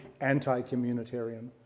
anti-communitarian